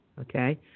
okay